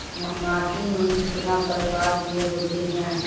माटी में कितना प्रकार के होते हैं?